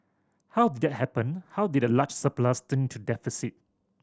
how did that happen how did a large surplus turnto deficit